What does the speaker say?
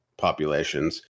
Populations